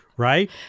right